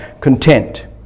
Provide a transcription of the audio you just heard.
content